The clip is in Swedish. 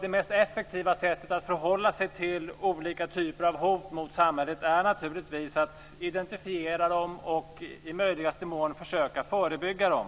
Det mest effektiva sättet att förhålla sig till olika typer av hot mot samhället är naturligtvis att identifiera dem och i möjligaste mån försöka förebygga dem.